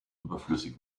überflüssig